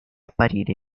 apparire